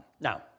Now